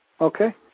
okay